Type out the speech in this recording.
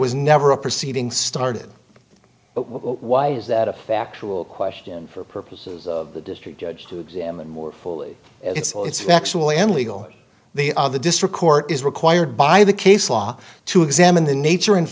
was never a proceeding started why is that a factual question for purposes of the district judge to examine more fully it's factually and legal the district court is required by the case law to examine the nature and